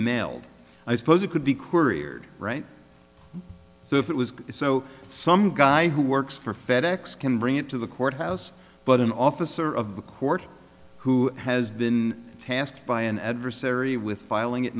mailed i suppose it could be couriered right so if it was so some guy who works for fedex can bring it to the courthouse but an officer of the court who has been tasked by an adversary with filing it